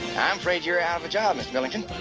i'm afraid you are out of a job, mr millington.